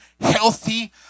healthy